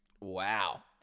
Wow